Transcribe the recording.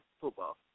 football